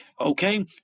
okay